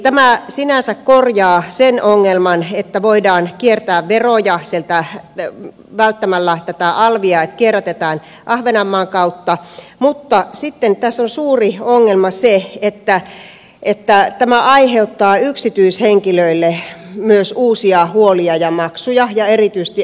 tämä sinänsä korjaa sen ongelman että voidaan kiertää veroja ja välttää tätä alvia kierrättämällä ahvenanmaan kautta mutta sitten tässä on suuri ongelma se että tämä aiheuttaa yksityishenkilöille myös uusia huolia ja maksuja ja erityisesti ahvenanmaalaisille